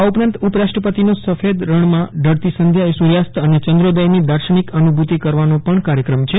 આ ઉપરાંત ઉપરાષ્ટ્રપતિનો સફેદ રણમાં ઢળતી સંધ્યાએ સૂર્યાસ્ત અને ચંદ્રોદયની દાર્શનિક અનુભૂતિ કરવાનો પણ કાર્યક્રમ છે